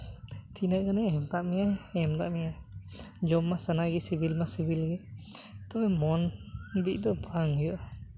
ᱛᱤᱱᱟᱹᱜ ᱜᱟᱱᱮ ᱮᱢ ᱟᱠᱟᱫ ᱢᱮᱭᱟᱭ ᱮᱢ ᱟᱠᱟᱫ ᱢᱮᱭᱟᱭ ᱡᱚᱢ ᱢᱟ ᱥᱟᱱᱟᱜᱮ ᱥᱤᱵᱤᱞ ᱢᱟ ᱥᱤᱵᱤᱞ ᱜᱮ ᱛᱚᱵᱮ ᱢᱚᱱ ᱵᱤᱜ ᱫᱚ ᱵᱟᱝ ᱦᱩᱭᱩᱜᱼᱟ